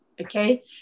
okay